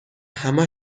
همه